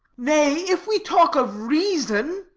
nay, if we talk of reason,